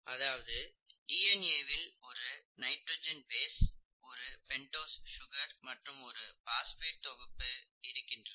அதாவது D N A வில் ஒரு நைட்ரஜன் பேஸ் ஒரு பெண்டோஸ் சுகர் மற்றும் ஒரு பாஸ்பேட் தொகுப்பு இருக்கின்றன